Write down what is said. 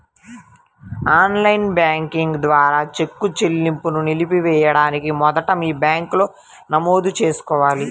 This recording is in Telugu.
ఆన్ లైన్ బ్యాంకింగ్ ద్వారా చెక్ చెల్లింపును నిలిపివేయడానికి మొదట మీ బ్యాంకులో నమోదు చేసుకోవాలి